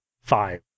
five